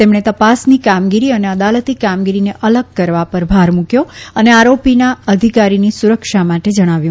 તેમણે તપાસની કામગીર અને અદાલતી કામગીરીને અલગ કરવા પર ભાર મૂકવો અને આરોપીના અધિકારીની સુરક્ષા માટે જણાવ્યું